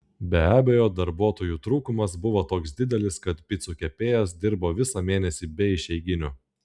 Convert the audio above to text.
be abejo darbuotojų trūkumas buvo toks didelis kad picų kepėjas dirbo visą mėnesį be išeiginių